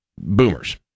Boomers